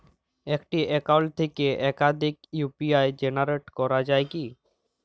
একটি অ্যাকাউন্ট থেকে একাধিক ইউ.পি.আই জেনারেট করা যায় কি?